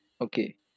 Okay